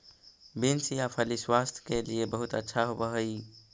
beans या फली स्वास्थ्य के लिए बहुत अच्छा होवअ हई